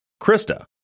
Krista